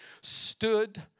stood